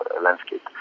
landscape